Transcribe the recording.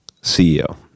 CEO